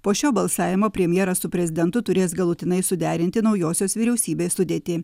po šio balsavimo premjeras su prezidentu turės galutinai suderinti naujosios vyriausybės sudėtį